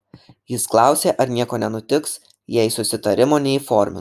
jis klausė ar nieko nenutiks jei susitarimo neįformins